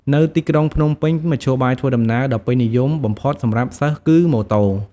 នៅទីក្រុងភ្នំពេញ មធ្យោបាយធ្វើដំណើរដ៏ពេញនិយមបំផុតសម្រាប់សិស្សគឺម៉ូតូ។